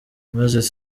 moses